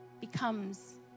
becomes